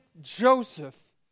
Joseph